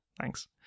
Thanks